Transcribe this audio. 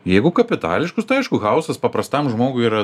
jeigu kapitališkus tai aišku hausas paprastam žmogui yra